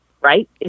right